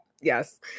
yes